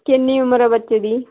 ਕਿੰਨੀ ਉਮਰ ਆ ਬੱਚੇ ਦੀ